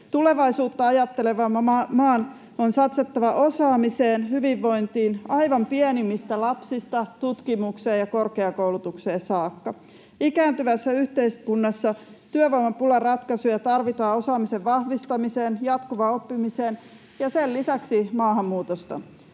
Tulevaisuutta ajattelevan maan on satsattava osaamiseen ja hyvinvointiin aivan pienimmistä lapsista lähtien tutkimukseen ja korkeakoulutukseen saakka. Ikääntyvässä yhteiskunnassa työvoimapulaan tarvitaan ratkaisuja osaamisen vahvistamisesta, jatkuvasta oppimisesta ja sen lisäksi maahanmuutosta.